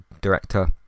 director